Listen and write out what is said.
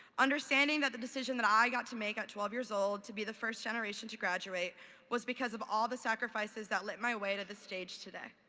understanding that the decision that i got to make at twelve years old to be the first generation to graduate was because of all the sacrifices that lit my way to the stage today.